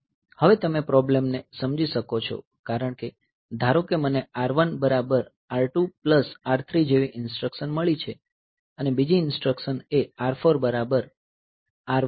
હવે તમે પ્રોબ્લેમ ને સમજી શકો છો કારણ કે ધારો કે મને R1 બરાબર R2 પ્લસ R3 જેવી ઈન્સ્ટ્રકશન મળી છે અને બીજી ઈન્સ્ટ્રકશન એ R4 બરાબર R1 R5 છે